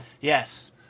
Yes